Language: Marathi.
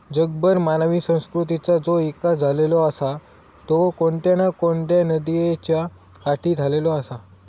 जगभर मानवी संस्कृतीचा जो इकास झालेलो आसा तो कोणत्या ना कोणत्या नदीयेच्या काठी झालेलो आसा